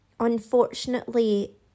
unfortunately